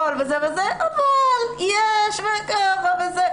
אבל יש את זה וזה.